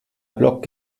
block